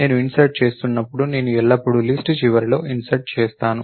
నేను ఇన్సర్ట్ చేస్తున్నపుడు నేను ఎల్లప్పుడూ లిస్ట్ చివరలో ఇన్సర్ట్ చేసాను